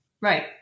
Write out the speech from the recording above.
Right